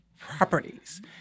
properties